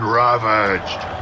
ravaged